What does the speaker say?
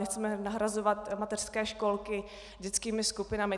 Nechceme nahrazovat mateřské školky dětskými skupinami.